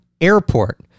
airport